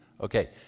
Okay